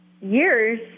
years